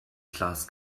class